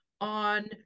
on